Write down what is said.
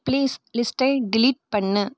please லிஸ்ட்டை delete பண்ணு